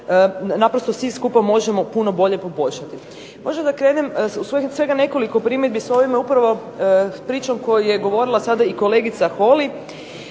naprosto svi skupa možemo puno bolje poboljšati. Možda da krenem od svega nekoliko primjedbi s ovom upravo pričom koju je govorila sada i kolegica Holy.